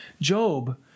Job